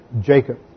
Jacob